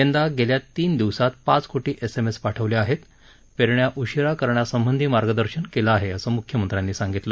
यंदा गेल्या तीन दिवसात पाच कोटी एसएमएस पाठवले आहेत पेरण्या उशीरा करण्यासंबंधी मार्गदर्शन केलं आहे असं मुख्यमंत्र्यांनी सांगितलं